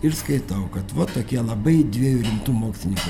ir skaitau kad va tokie labai dviejų rimtų mokslininkų